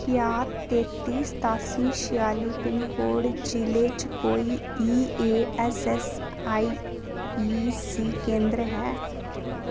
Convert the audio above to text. क्या तेती सतासी छेआली पिनकोड जि'ले च कोई ईऐस्सआईसी केंदर ऐ